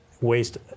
waste